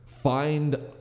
find